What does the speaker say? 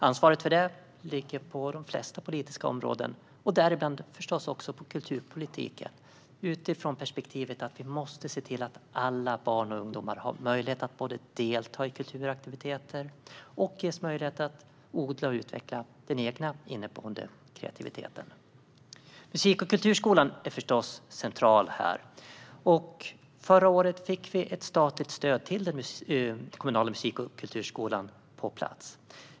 Ansvaret för det ligger på de flesta politiska områden, däribland förstås kulturpolitikens utifrån perspektivet att vi måste se till att alla barn och ungdomar ges möjlighet att både delta i kulturaktiviteter och odla och utveckla den egna, inneboende kreativiteten. Musik och kulturskolan är förstås central här. Förra året fick vi ett statligt stöd till den kommunala musik och kulturskolan på plats.